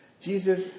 Jesus